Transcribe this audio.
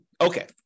Okay